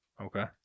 Okay